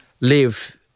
live